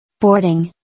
Boarding